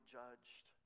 judged